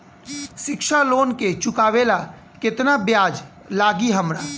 शिक्षा लोन के चुकावेला केतना ब्याज लागि हमरा?